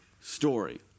story